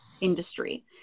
industry